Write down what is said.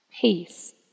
peace